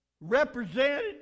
represented